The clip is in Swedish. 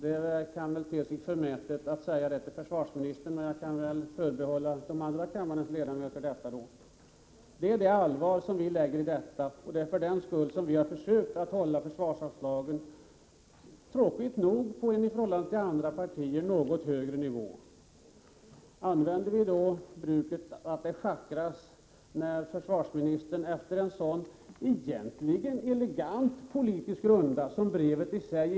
Det kanske ter sig förmätet att säga detta till försvarsministern, men då kan jag väl förbehålla det kammarens övriga ledamöter. Sådant är det allvar som vi lägger i detta, och det är för den skull som vi har försökt att hålla försvarsanslagen på en — tråkigt nog — i förhållande till andra partier något högre nivå. Jag avstår nu från att uppehålla kammaren med varför brevet kom till, för det är en historia för sig.